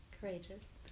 courageous